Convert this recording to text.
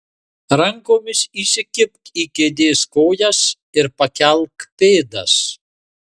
rankomis įsikibk į kėdės kojas ir pakelk pėdas